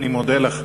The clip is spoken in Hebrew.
אני מודה לך.